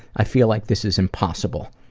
i feel like this is impossible.